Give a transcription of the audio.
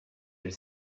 elle